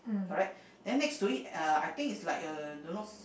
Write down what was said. correct then next to it uh I think is like uh don't know